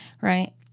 right